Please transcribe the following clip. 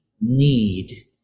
need